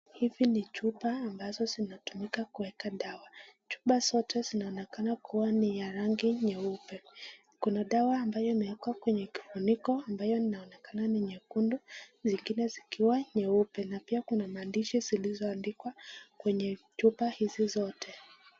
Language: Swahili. Hizi ni chupa ambazo zinatumika kuweka dawa ,chupa zote zinaonekana kuwa ni ya rangi nyeupe ,kuna dawa ambayo imewekwa kwenye kifuniko ambayo inaonekana ni nyekundu na ingine zikiwa nyeupe na pia kuna maandishi zilizoandikwa kwenye chupa hizi zote.